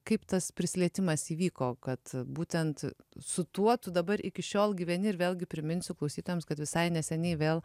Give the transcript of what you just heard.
kaip tas prisilietimas įvyko kad būtent su tuo tu dabar iki šiol gyveni ir vėlgi priminsiu klausytojams kad visai neseniai vėl